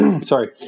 sorry